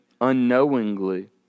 unknowingly